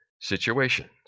situations